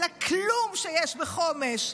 על הכלום שיש בחומש,